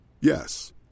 Yes